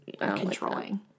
controlling